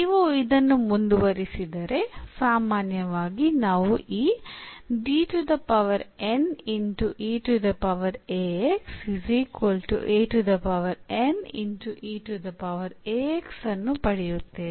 ನೀವು ಇದನ್ನು ಮುಂದುವರಿಸಿದರೆ ಸಾಮಾನ್ಯವಾಗಿ ನಾವು ಈ ಅನ್ನು ಪಡೆಯುತ್ತೇವೆ